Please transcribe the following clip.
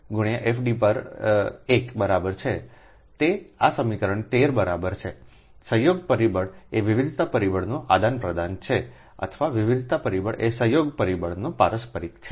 પર 1 બરાબર છે તે આ સમીકરણ તેર બરાબર છે સંયોગ પરિબળ એ વિવિધતા પરિબળનો આદાનપ્રદાન છે અથવા વિવિધતા પરિબળ એ સંયોગ પરિબળનો પારસ્પરિક છે